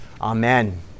Amen